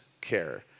care